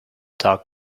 doc